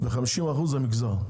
ו-50% זה נגזר.